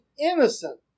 innocent